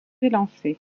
élancé